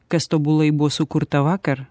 kas tobulai buvo sukurta vakar